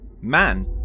Man